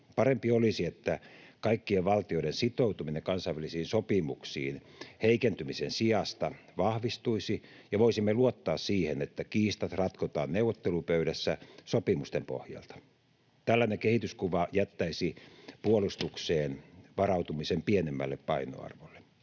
Parempi olisi, että kaikkien valtioiden sitoutuminen kansainvälisiin sopimuksiin heikentymisen sijasta vahvistuisi ja voisimme luottaa siihen, että kiistat ratkotaan neuvottelupöydässä sopimusten pohjalta. Tällainen kehityskuva jättäisi puolustukseen varautumisen pienemmälle painoarvolle.